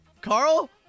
Carl